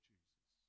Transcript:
Jesus